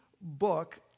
book